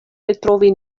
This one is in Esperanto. retrovi